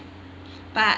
but